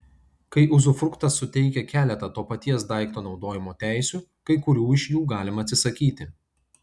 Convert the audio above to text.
kai uzufruktas suteikia keletą to paties daikto naudojimo teisių kai kurių iš jų galima atsisakyti